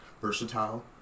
versatile